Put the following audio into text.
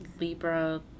Libra